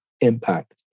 impact